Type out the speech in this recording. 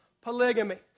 polygamy